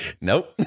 Nope